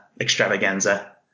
extravaganza